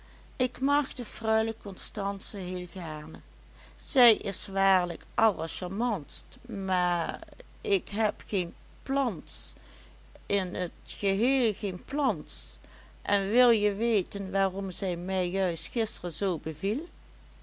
ik mag de freule constance heel gaarne zij is waarlijk allercharmantst maar ik heb geen plans in t geheel geen plans en wilje weten waarom zij mij juist gisteren zoo beviel